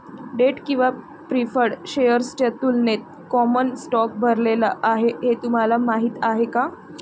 Date किंवा preferred शेअर्सच्या तुलनेत कॉमन स्टॉक भरलेला आहे हे तुम्हाला माहीत आहे का?